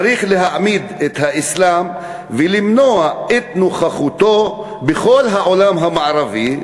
צריך להעמיד את האסלאם ולמנוע את נוכחותו בכל העולם המערבי,